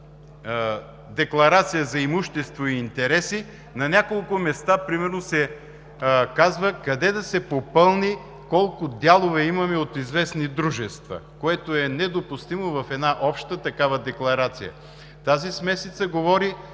декларация – за имущество и интереси, на няколко места примерно се казва: къде да се попълни, колко дялове имаме от известни дружества, което е недопустимо в такава обща декларация. Тази смесица говори